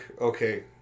okay